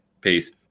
Peace